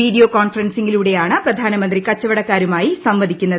video കോൺഫറൻസിംഗിലൂടെയാണ് പ്രധാനമന്ത്രി കച്ചവടക്കാരുമായി സംവദിക്കുന്നത്